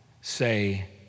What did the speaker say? say